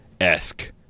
esque